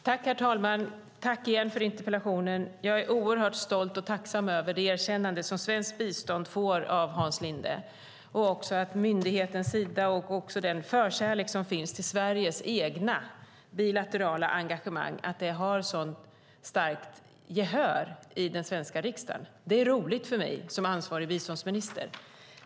Herr talman! Jag är oerhört stolt och tacksam över det erkännande som svenskt bistånd och myndigheten Sida får av Hans Linde och över den förkärlek som finns till Sveriges egna bilaterala engagemang och att detta har ett sådant starkt gehör i den svenska riksdagen. Det är roligt för mig som ansvarig biståndsminister.